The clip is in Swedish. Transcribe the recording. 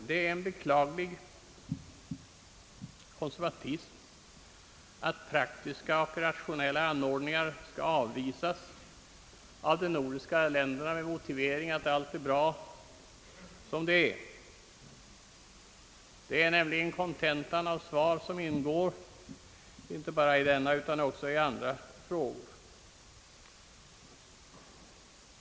Det är en beklaglig konservatism att praktiska och rationella anordningar skall avvisas av de nordiska länderna med motiveringen att allt är bra som det är. Det är nämligen kontentan i svar som ingår inte bara i denna fråga utan också i andra frågor.